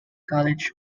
college